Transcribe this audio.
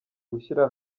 gushyira